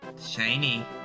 Shiny